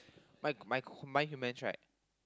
bike bike buy human track